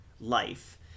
life